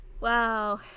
wow